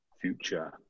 future